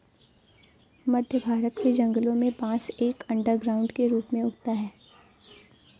मध्य भारत के जंगलों में बांस एक अंडरग्राउंड के रूप में उगता है